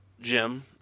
Jim